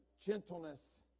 gentleness